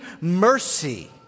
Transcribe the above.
mercy